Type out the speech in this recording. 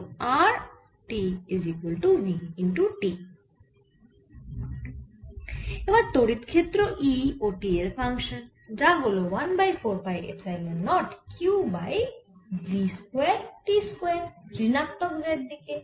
এবার তড়িৎ ক্ষেত্র E ও t এর ফাংশান যা হল 1 by 4 pi epsilon naught q by v square t square ঋণাত্মক z দিকে